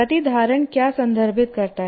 प्रतिधारण क्या संदर्भित करता है